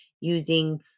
using